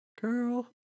girl